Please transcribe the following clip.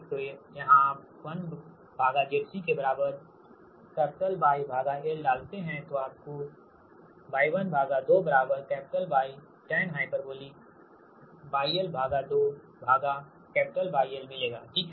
तो यहाँ आप 1Zc के बराबर Y 𝛾l डालते है तो आपको Y12 Y tanhYl2Ylमिलेगा ठीक है